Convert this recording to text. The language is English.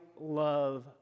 love